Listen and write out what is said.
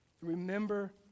Remember